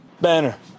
Banner